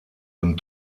dem